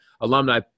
alumni